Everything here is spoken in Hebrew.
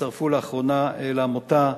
הנושא עובר למליאה.